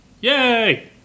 yay